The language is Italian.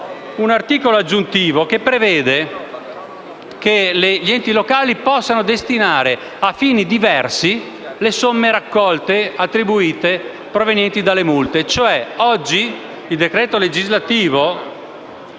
un articolo aggiuntivo che prevede che gli enti locali possano destinare a fini diversi le somme raccolte, provenienti dalle multe.